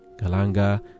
galanga